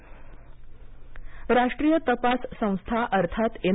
काझी अटक राष्ट्रीय तपास संस्था अर्थात एन